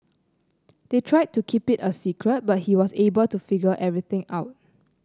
they tried to keep it a secret but he was able to figure everything out